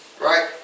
Right